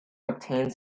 obtains